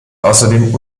außerdem